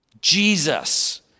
Jesus